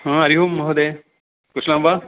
हा हरिः ओम् महोदय कुशलं वा